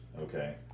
Okay